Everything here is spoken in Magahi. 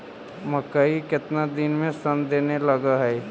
मकइ केतना दिन में शन देने लग है?